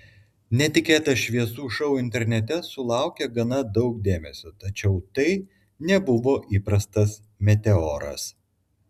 netikėtas šviesų šou internete sulaukė gana daug dėmesio tačiau tai nebuvo įprastas meteoras